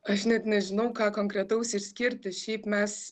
aš net nežinau ką konkretaus išskirti šiaip mes